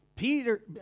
Peter